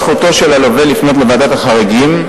זכותו של הלווה לפנות לוועדת החריגים,